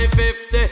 50